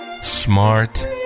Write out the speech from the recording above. smart